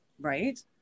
Right